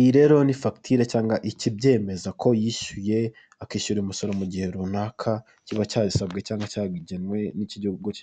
Iyi rero ni fagitire cyangwa ikibyemeza ko yishyuye akishyura umusoro mu gihe runaka kiba cyasabwe cyangwa cyagenwe n'igihugu cye.